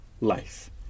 life